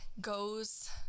goes